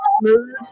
Smooth